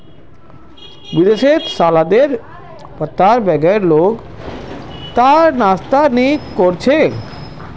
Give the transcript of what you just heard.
विदेशत सलादेर पत्तार बगैर लोग लार नाश्ता नि कोर छे